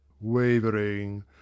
wavering